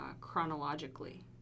chronologically